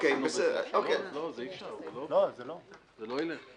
--- לא, אי אפשר, זה לא עובד.